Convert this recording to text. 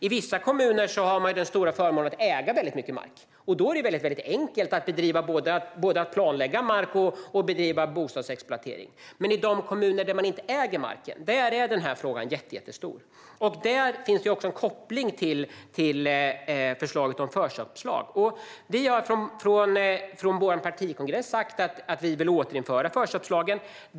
I vissa kommuner har man den stora förmånen att äga mycket mark, och då är det enkelt att både planlägga mark och bedriva bostadsexploatering. Men i de kommuner där man inte äger marken är denna fråga jättestor, och där finns en koppling till förslaget om förköpslag. Vår partikongress har sagt att vi vill återinföra förköpslagen.